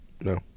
No